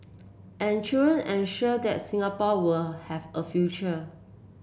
and children ensure that Singapore were have a future